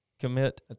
commit